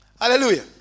Hallelujah